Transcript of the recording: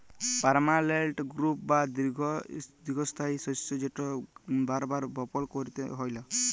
permanent crop বা দীঘ্ঘস্থায়ী শস্য যেট বার বার বপল ক্যইরতে হ্যয় লা